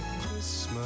Christmas